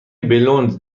بلوند